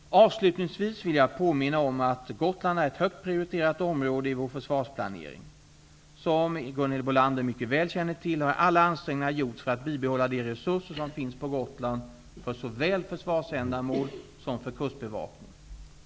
Avslutningsvis vill jag påminna om att Gotland är ett högt prioriterat område i vår försvarsplanering. Som Gunhild Bolander mycket väl känner till har alla ansträngningar gjorts för att bibehålla de resurser som finns på Gotland för såväl försvarsändamål som för kustbevakning.